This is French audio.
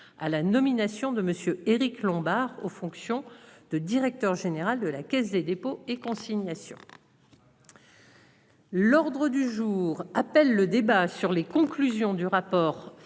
à la nomination de monsieur Éric Lombard aux fonctions de directeur général de la Caisse des dépôts et consignations. L'ordre du jour appelle le débat sur les conclusions du rapport,